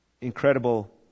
incredible